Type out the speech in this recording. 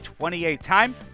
28-time